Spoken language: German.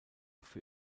für